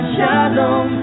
Shalom